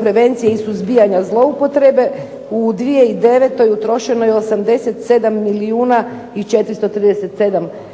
prevencije i suzbijanja zloupotrebe, u 2009. utrošeno je 87 milijuna i 437 kuna